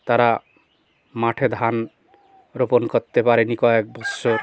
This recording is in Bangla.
তারা মাঠে ধান রোপণ করতে পারেনি কয়েক বৎসর